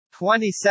27